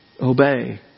Obey